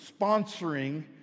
sponsoring